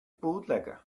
bootlegger